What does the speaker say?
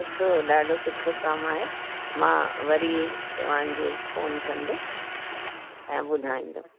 सुठो ॾाढो सुठो कमु आहे मां वरी तव्हांजे फोन कंदमि ऐं ॿुधाईंदमि